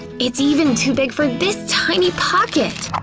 it's even too big for this tiny pocket!